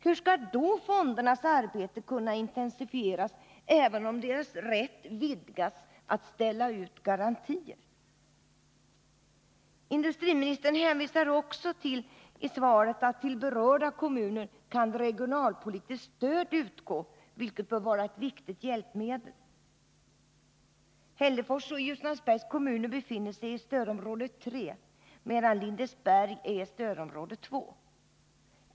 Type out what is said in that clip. Hur skall då fondernas arbete kunna intensifieras, även om deras rätt vidgas att ställa ut garantier? Industriministern hänvisar i svaret också till att till berörda kommuner kan regionalpolitiskt stöd utgå, vilket bör vara ett viktigt hjälpmedel. Hällefors och Ljusnarsbergs kommuner befinner sig i stödområde 3, medan Lindesberg är i stödområde 2.